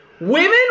Women